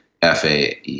FAE